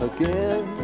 Again